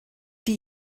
die